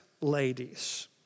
ladies